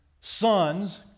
sons